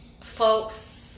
folks